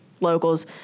locals